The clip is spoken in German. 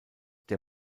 der